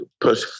push